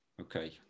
Okay